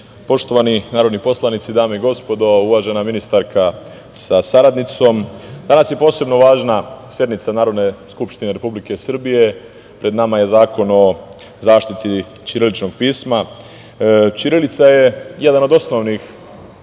narodni poslanici, dame i gospodo, uvažena ministarka sa saradnicom, danas je posebno važna sednica Narodne skupštine Republike Srbije, pred nama je Zakon o zaštiti ćiriličnog pisma. Ćirilica je jedan od osnovnih